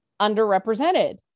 underrepresented